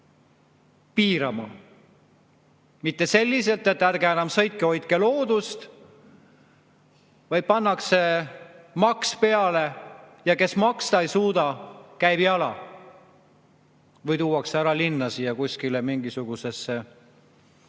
piirama. Mitte selliselt, et ärge enam sõitke, hoidke loodust, vaid pannakse maks peale ja kes maksta ei suuda, käib jala või tuuakse ära linna mingisugusesse